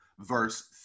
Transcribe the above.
verse